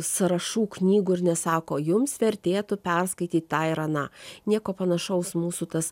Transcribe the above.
sąrašų knygų ir nesako jums vertėtų perskaityt tą ir aną nieko panašaus mūsų tas